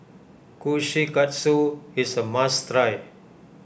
Kushikatsu is a must try